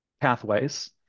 pathways